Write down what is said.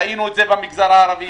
ראינו את זה במגזר הערבי,